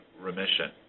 remission